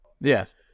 Yes